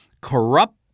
corrupt